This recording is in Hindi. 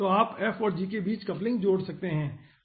तो आप f और g के बीच कपलिंग जोड़ सकते हैं